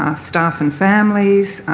ah staff and families,